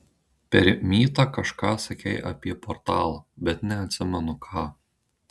per mytą kažką sakei apie portalą bet neatsimenu ką